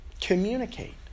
Communicate